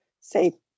say